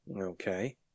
Okay